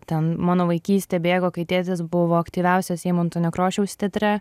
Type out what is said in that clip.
ten mano vaikystė bėgo kai tėtis buvo aktyviausias eimunto nekrošiaus teatre